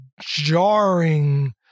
jarring